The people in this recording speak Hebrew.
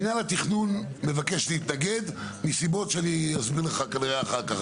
מינהל התכנון מבקש להתנגד מסיבות שאני אסביר לך כנראה אחר כך.